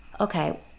okay